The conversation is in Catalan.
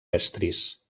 estris